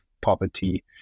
poverty